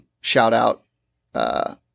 shout-out